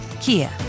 Kia